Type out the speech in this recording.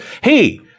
Hey